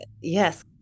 Yes